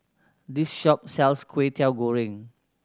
this shop sells Kway Teow Goreng